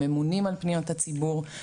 הממונים על פניות הציבור.